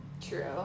True